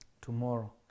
tomorrow